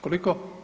Koliko?